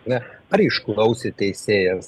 na ar išklausė teisėjas